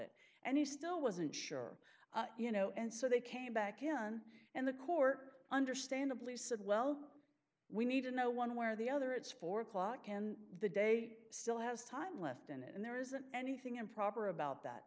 it and he still wasn't sure you know and so they came back again and the court understandably said well we need to know one way or the other it's four o'clock and the date still has time left in it and there isn't anything improper about that